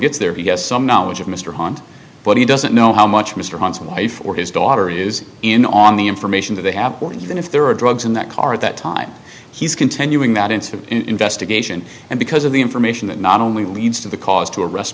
gets there he has some knowledge of mr hunt but he doesn't know how much mr johnson before his daughter is in on the information that they have or even if there are drugs in that car at that time he's continuing that into investigation and because of the information that not only leads to the cause to arrest